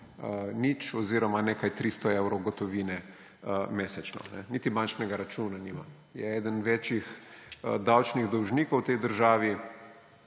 nič oziroma nekaj 300 evrov gotovine mesečno, niti bančnega računa nima, je eden večjih davčnih dolžnikov v tej državi.